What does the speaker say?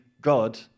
God